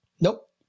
nope